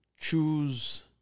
choose